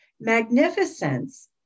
magnificence